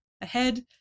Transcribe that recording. ahead